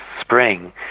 spring